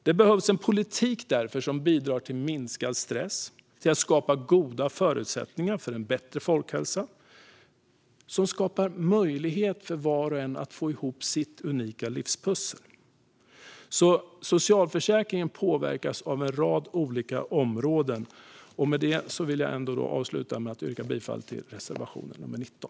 Det behövs därför en politik som bidrar till minskad stress och till att skapa goda förutsättningar för en bättre folkhälsa och som skapar möjlighet för var och en att få ihop sitt unika livspussel. Socialförsäkringen påverkas av rad olika områden. Med detta vill jag avslutningsvis yrka bifall till reservation nummer 19.